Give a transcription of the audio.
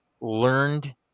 learned